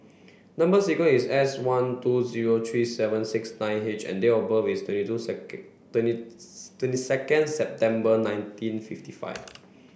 number sequence is S one two zero three seven six nine H and date of birth is twenty two second twenty twenty second September nineteen fifty five